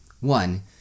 One